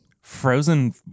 Frozen